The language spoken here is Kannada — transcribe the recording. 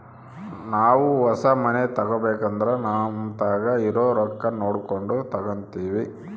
ನಾವು ಹೊಸ ಮನೆ ತಗಬೇಕಂದ್ರ ನಮತಾಕ ಇರೊ ರೊಕ್ಕ ನೋಡಕೊಂಡು ತಗಂತಿವಿ